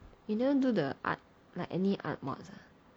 you never do the art like any art mods ah